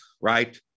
right